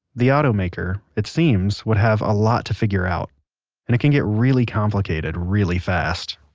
the automaker, it seems, would have a lot to figure out. and it can get really complicated, really fast